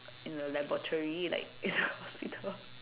in a laboratory like in a hospital